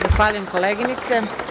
Zahvaljujem, koleginice.